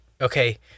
okay